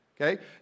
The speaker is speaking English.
Okay